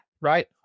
right